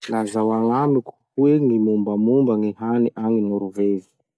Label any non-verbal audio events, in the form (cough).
(noise) Lazao agnamiko hoe gny mombamomba gny hany agny Norvezy?